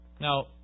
Now